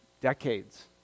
decades